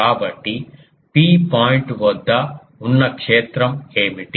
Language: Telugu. కాబట్టి P పాయింట్ వద్ద ఉన్న క్షేత్రం ఏమిటి